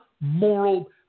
moral